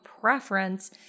preference